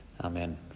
Amen